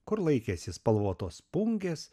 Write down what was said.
kur laikėsi spalvotos pungės